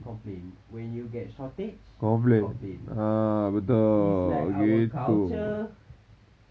complain when you get shortage complain it's like our culture